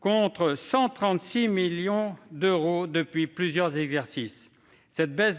contre 136 millions d'euros depuis plusieurs exercices. Cette baisse